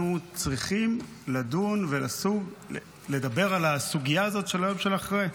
אנחנו צריכים לדון ולדבר על הסוגיה הזאת של היום שאחרי.